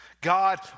God